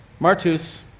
Martus